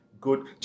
good